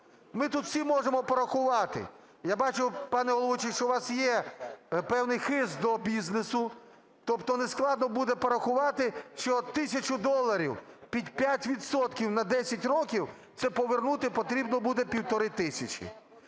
Ми тут всі можемо порахувати. Я бачу, пане головуючий, що у вас є певний хист до бізнесу. Тобто нескладно буде порахувати, що 1 тисяча доларів під 5 відсотків на 10 років – це повернути потрібно буде 1,5 тисячі.